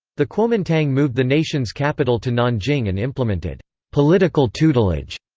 the kuomintang moved the nation's capital to nanjing and implemented political tutelage,